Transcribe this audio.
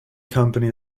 company